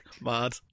mad